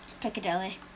Piccadilly